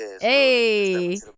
Hey